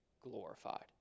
glorified